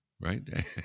right